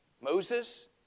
Moses